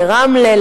לרמלה,